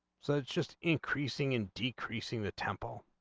so just increasing and decreasing the temple